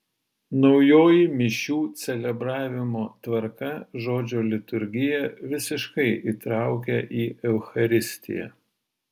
naujoji mišių celebravimo tvarka žodžio liturgiją visiškai įtraukia į eucharistiją